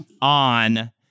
on